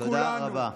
תודה רבה.